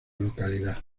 localidad